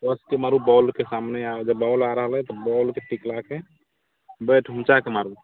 कसिके मारू बॉलके सामने जब बॉल आ रहल अछि तऽ बॉलके टिकलाके बैट उँचाके मारू